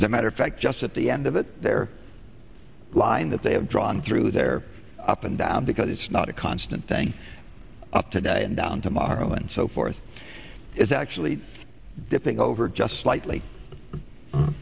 as a matter of fact just at the end of it their line that they have drawn through there up and down because it's not a constant thing up today and down tomorrow and so forth is actually dipping over just slightly